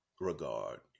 regard